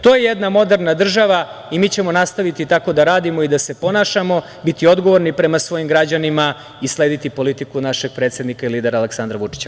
To je jedna moderna država i mi ćemo nastaviti tako da radimo i da se ponašamo, biti odgovorni prema svojim građanima i slediti politiku našeg predsednika i lidera Aleksandra Vučića.